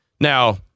Now